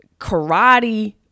karate